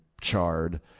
charred